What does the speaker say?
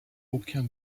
aucun